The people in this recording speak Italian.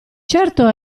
certo